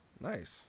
Nice